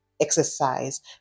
exercise